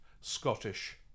scottish